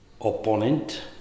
opponent